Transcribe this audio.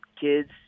kids